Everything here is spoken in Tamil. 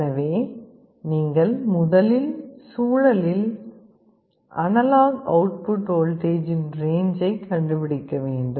எனவே நீங்கள் முதலில் சூழலில் அனலாக் அவுட்புட் வோல்டேஜின் ரேஞ்ச்சை கண்டுபிடிக்க வேண்டும்